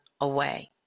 away